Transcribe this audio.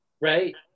right